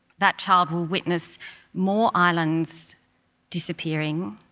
that child will witness more islands disappearing,